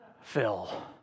Phil